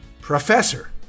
professor